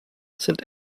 sind